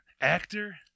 actor